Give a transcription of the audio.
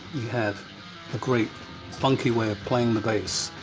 had a great funky way of playing the bass.